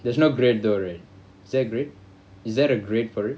there's no grade though right is there a grade is there a grade for it